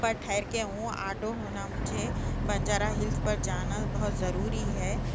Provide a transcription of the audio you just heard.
پر ٹھہر کے ہوں آٹو ہونا مجھے بنجارا ہلس پر جانا بہت ضروری ہے